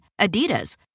Adidas